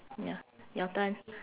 ya your turn